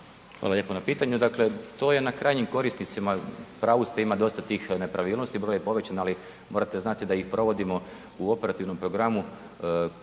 Hvala lijepa. Pitanje dakle, to je na krajnjim korisnicima, u pravu ste ima dosta tih nepravilnosti, broj je povećan ali morate znati da ih provodimo u operativnom programu